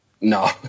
No